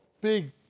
big